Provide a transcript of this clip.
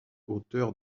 auteur